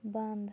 بنٛد